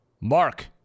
Mark